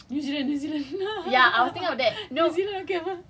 maybe maybe not you okay lah no but but even if I go to a non